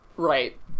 Right